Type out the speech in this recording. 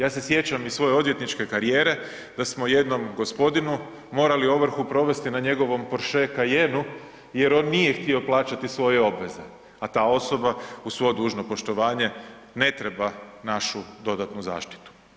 Ja se sjećam iz svoje odvjetničke karijere da smo jednom gospodinu morali ovrhu provesti na njegovom Porsche Cayenneu jer on nije htio plaćati svoje obveze, a ta osoba, uz svo dužno poštovanje, ne treba našu dodatnu zaštitu.